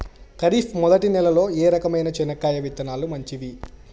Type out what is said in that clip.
ఖరీఫ్ మొదటి నెల లో ఏ రకమైన చెనక్కాయ విత్తనాలు మంచివి